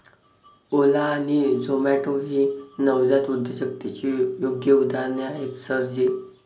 ओला आणि झोमाटो ही नवजात उद्योजकतेची योग्य उदाहरणे आहेत सर जी